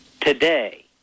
Today